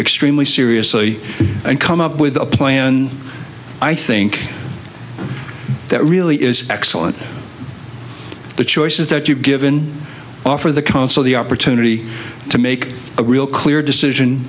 extremely seriously and come up with a plan i think that really is excellent the choices that you've given offer the counsel the opportunity to make a real clear decision